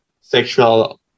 sexual